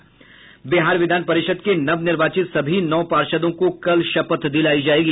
बिहार विधान परिषद के नवनिर्वाचित सभी नौ पार्षदों को कल शपथ दिलायी जायेगी